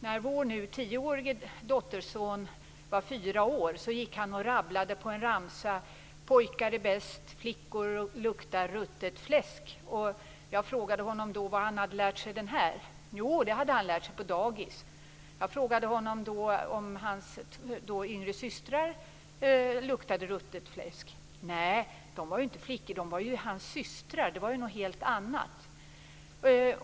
När vår nu tioårige dotterson var fyra år gick han och rabblade på en ramsa: Pojkar är bäst, flickor luktar ruttet fläsk. Jag frågade honom du var han hade lärt sig den. Den hade han lärt sig på dagis. Jag frågade honom då om hans yngre systrar luktade ruttet fläsk. Nej, de var inte flickor. De var ju hans systrar. Det var något helt annat.